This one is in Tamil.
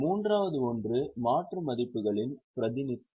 மூன்றாவது ஒன்று மாற்று மதிப்புகளின் பிரதிநிதித்துவம்